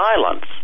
violence